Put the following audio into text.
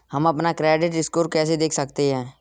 हम अपना credit score कैसे देख सकते हैं?